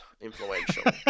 influential